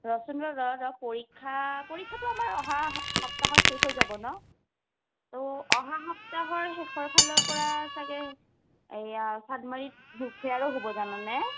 ৰহ চোন ৰহ ৰহ ৰহ পৰীক্ষা পৰীক্ষাটো আমাৰ অহা সপ্তাহত শেষ হৈ যাব ন ত' অহা সপ্তাহৰ শেষৰফালৰ পৰা চাগে এইয়া চানমাৰিত বুক ফেয়াৰো হ'ব জাননে